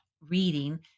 reading